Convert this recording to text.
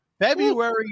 February